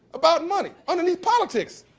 about money underneath politics.